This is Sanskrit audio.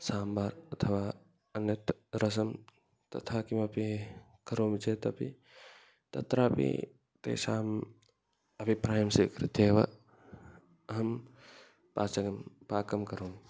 साम्बार् अथवा अन्यत् रसं तथा किमपि करोमि चेदपि तत्रापि तेषां अभिप्रायं स्वीकृत्यैव अहं पाचकं पाकं करोमि